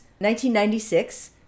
1996